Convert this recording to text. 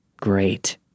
Great